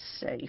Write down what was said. safe